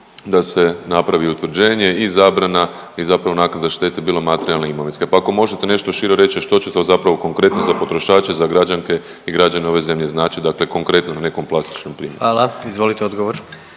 da se napravi utvrđenje i zabrana i zapravo naknada štete bilo materijalne, imovinske, pa ako možete nešto šire reći što će to zapravo konkretno za potrošače, za građanke i građane ove zemlje značiti dakle konkretno na nekom plastičnom primjeru. **Jandroković, Gordan